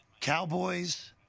Cowboys